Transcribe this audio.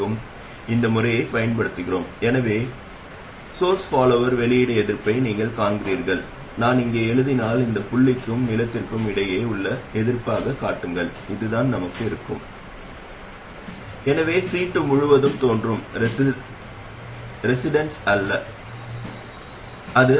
எனவே டிரான்சிஸ்டரின் gm ஆனது மூலத்துடன் தொடரில் ஒரு எதிர்ப்பை வைப்பதன் மூலம் சிதைந்துவிடும் என்றும் சிறிய சமிக்ஞை படமாக வரைந்தால் இது தெளிவாகிறது என்றும் கூறப்படுகிறது